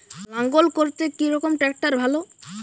লাঙ্গল করতে কি রকম ট্রাকটার ভালো?